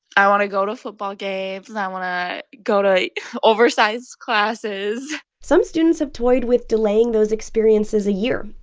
i want to go to football games. and i want to go to oversized classes some students have toyed with delaying those experiences a year.